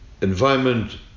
environment